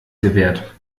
gewährt